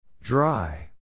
Dry